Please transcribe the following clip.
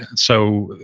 and so